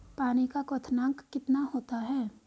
पानी का क्वथनांक कितना होता है?